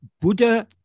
Buddha